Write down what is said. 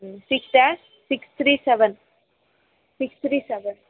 six dash six three seven six three seven